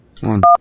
one